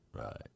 right